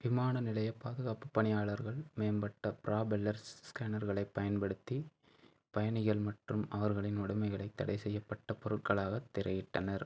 விமான நிலைய பாதுகாப்புப் பணியாளர்கள் மேம்பட்ட ப்ராபெல்லர்ஸ் ஸ்கேனர்களைப் பயன்படுத்தி பயணிகள் மற்றும் அவர்களின் உடமைகளை தடைசெய்யப்பட்ட பொருட்களாக திரையிட்டனர்